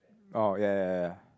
orh ya ya ya